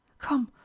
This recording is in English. come!